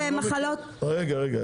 לעובדות -- רגע רגע,